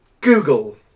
Google